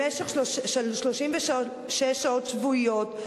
במשך 36 שעות שבועיות,